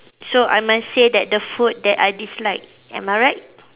so I must say that the food that I dislike am I right